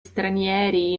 stranieri